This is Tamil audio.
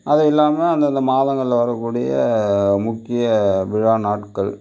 அது இல்லாமல் அந்தந்த மாதங்களில் வர கூடிய முக்கிய விழா நாட்கள்